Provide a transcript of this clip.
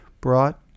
brought